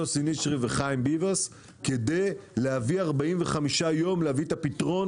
יוסי נשרי וחיים ביבס כדי להביא אחרי 45 ימים את הפתרון